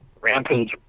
Rampage